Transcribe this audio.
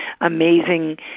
amazing